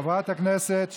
חבר הכנסת קריב.